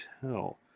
tell